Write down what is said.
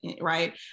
right